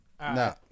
No